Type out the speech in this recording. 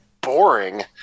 boring